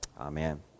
Amen